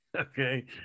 Okay